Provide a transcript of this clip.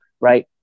right